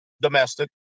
Domestic